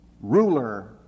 ruler